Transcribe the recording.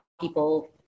people